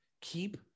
Keep